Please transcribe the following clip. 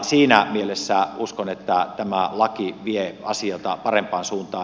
siinä mielessä uskon että tämä laki vie asioita parempaan suuntaan